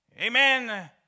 Amen